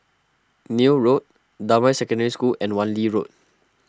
Neil Road Damai Secondary School and Wan Lee Road